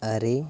ᱟᱹᱨᱤ